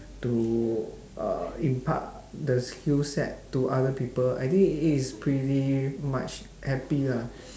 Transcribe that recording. to uh impart the skill set to other people I think it is pretty much happy lah